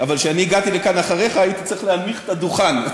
אבל כשאני הגעתי לכאן אחריך הייתי צריך להנמיך את הדוכן.